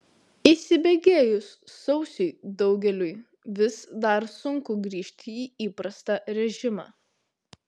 įsibėgėjus sausiui daugeliui vis dar sunku grįžti į įprastą režimą